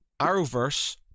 Arrowverse